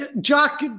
Jack